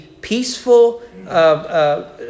peaceful